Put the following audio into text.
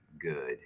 good